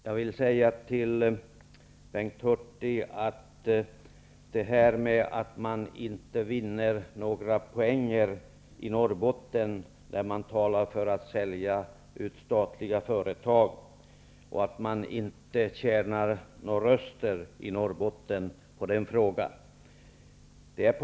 Herr talman! Till Bengt Hurtig vill jag säga följande, när han påstår att man inte vinner några poäng i Norrbotten när man talar för att sälja ut statliga företag och att man inte tjänar några röster i Norrbotten på den frågan.